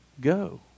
go